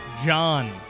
John